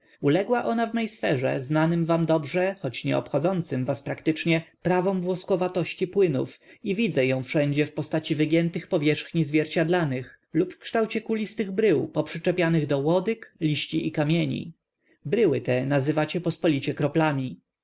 uległa ona w mej sferze znanym wam dobrze choć nieobchodzącym was praktycznie prawom włoskowatości płynów i widzę ją wszędzie w postaci wygiętych powierzchni zwierciadlanych lub w kształcie kulistych brył poprzyczepianych do łodyg liści i kamieni bryły te nazywacie pospolicie kroplami